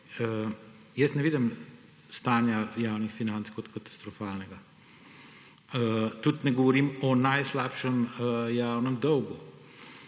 Jaz ne vidim stanja javnih financ kot katastrofalnega. Tudi ne govorim o najslabšem javnem dolgu